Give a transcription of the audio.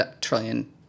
trillion